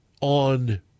on